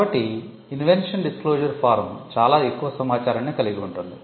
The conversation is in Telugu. కాబట్టి ఇన్వెన్షన్ డిస్క్లోషర్ ఫారం చాలా ఎక్కువ సమాచారాన్ని కలిగి ఉంటుంది